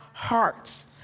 hearts